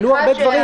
עלו הרבה דברים.